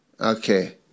okay